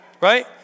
right